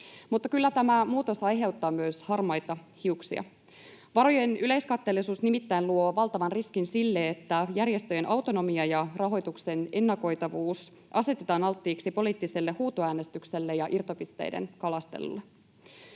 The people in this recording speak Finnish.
mutta kyllä tämä muutos aiheuttaa myös harmaita hiuksia. Varojen yleiskatteellisuus nimittäin luo valtavan riskin siihen, että järjestöjen autonomia ja rahoituksen ennakoitavuus asetetaan alttiiksi poliittiselle huutoäänestykselle ja irtopisteiden kalastelulle.